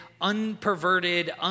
unperverted